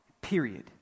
period